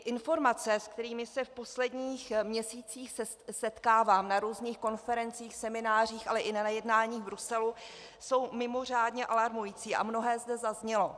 Informace, se kterými se v posledních měsících setkávám na různých konferencích, seminářích, ale i na jednání v Bruselu, jsou mimořádně alarmující a mnohé zde zaznělo.